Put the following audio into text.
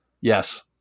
yes